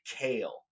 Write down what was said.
kale